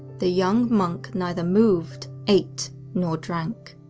the young monk neither moved, ate nor drank.